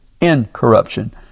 incorruption